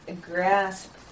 grasp